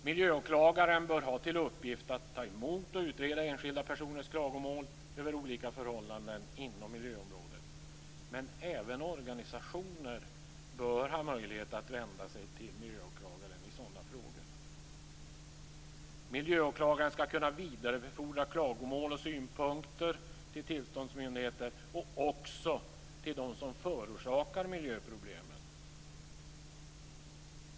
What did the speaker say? Miljöåklagaren bör ha till uppgift att ta emot och utreda enskilda personer klagomål över olika förhållanden inom miljöområdet. Men även organisationer bör ha möjlighet att vända sig till miljöåklagaren i sådana frågor. Miljöåklagaren skall kunna vidarebefordra klagomål och synpunkter till tillståndsmyndigheter och också till dem som förorsakar miljöproblemen.